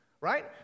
Right